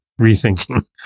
rethinking